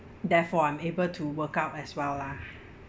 therefore I'm able to workout as well lah